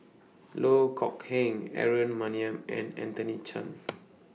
Loh Kok Heng Aaron Maniam and Anthony Chen